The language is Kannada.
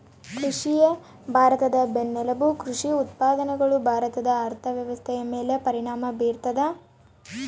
ಕೃಷಿಯೇ ಭಾರತದ ಬೆನ್ನೆಲುಬು ಕೃಷಿ ಉತ್ಪಾದನೆಗಳು ಭಾರತದ ಅರ್ಥವ್ಯವಸ್ಥೆಯ ಮೇಲೆ ಪರಿಣಾಮ ಬೀರ್ತದ